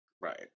right